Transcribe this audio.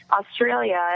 Australia